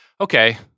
Okay